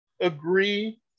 agree